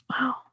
Wow